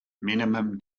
minimum